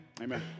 Amen